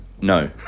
No